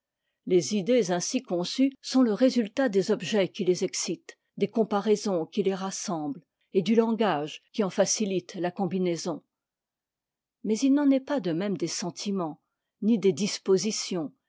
les idées ainsi conçues sont le résultat des objets qui les excitent des comparaisons qui les rassemblent et du langage qui en facilite la combinaison mais il n'en est pas de même des sentiments ni des dispositions